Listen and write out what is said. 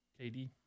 KD